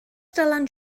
dylan